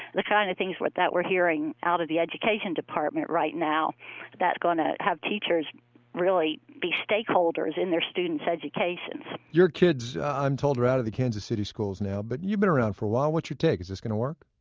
the kind of things that we're hearing out of the education department right now that's going to have teachers really be stakeholders in their students' educations. your kids i'm told are out of the kansas city schools now, but you've been around for a while. what's your take? is this going to work?